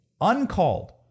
uncalled